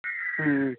ம்